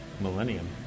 Millennium